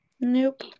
Nope